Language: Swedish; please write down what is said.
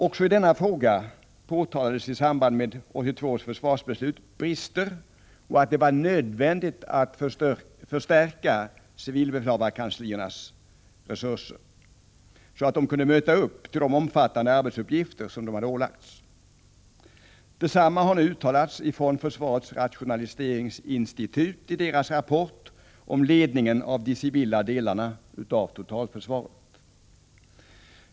Också i denna fråga påtalades i samband med 1982 års försvarsbeslut brister och att det var nödvändigt att förstärka civilbefälhavarkansliernas resurser, så att de kunde klara de omfattande arbetsuppgifter som de hade ålagts. Detsamma har nu uttalats från försvarets rationaliseringsinstitut i dess rapport om ledningen av de civila delarna av totalförsvaret.